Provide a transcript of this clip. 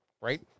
right